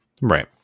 Right